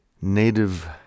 Native